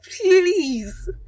please